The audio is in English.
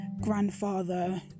grandfather